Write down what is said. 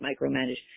micromanage